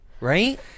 Right